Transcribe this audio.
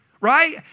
right